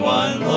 one